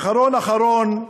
ואחרון אחרון,